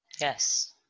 Yes